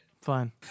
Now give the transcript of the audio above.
Fine